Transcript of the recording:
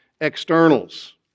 externals